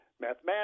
mathematics